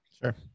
Sure